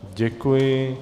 Děkuji.